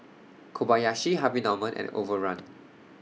Kobayashi Harvey Norman and Overrun